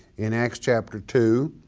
in acts chapter two,